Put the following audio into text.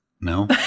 No